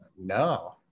No